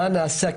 מה נעשה,